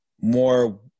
more